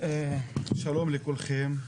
שלום לכולכם.